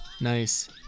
nice